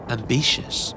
Ambitious